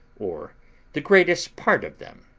or the greatest part of them,